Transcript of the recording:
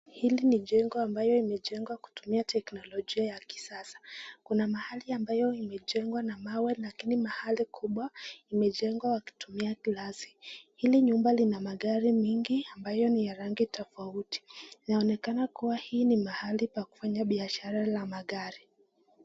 Hili ni jengo ambayo imejengwa na teknolijia ya kisasa. Kuna mahali ambayo imejengwa na mawe, lakini mahali kubwa imejengwa kutumia glasi. Hili nyumba lina magari mingi ambayo ni ya rangi tofauti, inaonekana kuwa hii ni mahali pakufanyia biashara la magari.